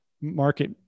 market